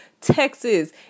Texas